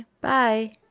Bye